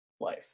life